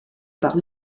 par